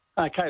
Okay